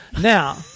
now